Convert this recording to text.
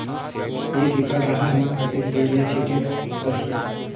एक एकड रहर म कतेक युरिया छीटेक परही?